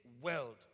world